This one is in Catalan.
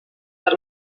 per